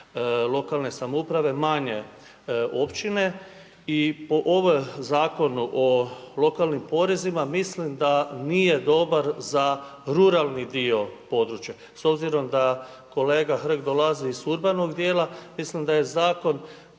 lokalne samouprave manje općine i po ovom Zakonu o lokalnim porezima mislim da nije dobar za ruralni dio područja. S obzirom da kolega Hrg dolazi iz urbanog dijela, mislim da je zakon